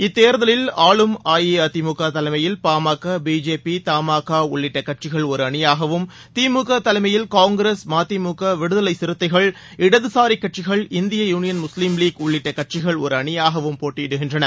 இத்தேர்தலில் ஆளும் அஇஅதிமுகதலைமையில் பா ம க பிஜேபி த மாகாஉள்ளிட்டகட்சிகள் ஒருஅணியாகவும் திமுகதலைமையில் காங்கிரஸ் ம தி மு க விடுதலைசிறுத்தைகள் இடதுசாரிகட்சிகள் இந்திய யூனியன் முஸ்லீம் லீக் உள்ளிட்டகட்சிகள் ஒருஅணியாகவும் போட்டியிடுகின்றன